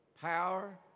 power